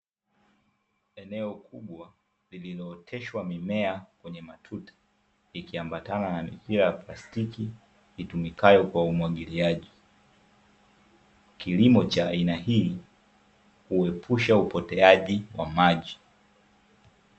Eneo kubwa lililooteshwa mimea kwenye matuta, ikiambatana na mipira plastiki itumikayo kwa umwagiliaji, kilimo cha aina hii huepusha upoteaji wa maji.